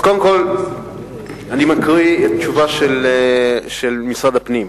קודם כול אני קורא את תשובת משרד הפנים: